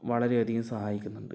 വളരെ അധികം സഹായിക്കുന്നുണ്ട്